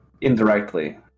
Indirectly